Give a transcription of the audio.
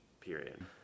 Period